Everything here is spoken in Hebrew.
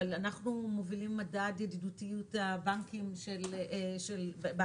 אבל אנחנו מובילים מדד ידידותיות הבנקים בעסקים,